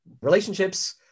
relationships